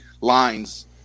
lines